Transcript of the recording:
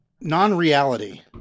Non-reality